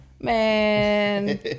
Man